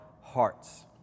hearts